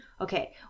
Okay